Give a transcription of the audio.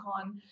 on